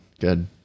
good